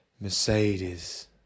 Mercedes